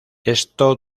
esto